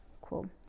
Cool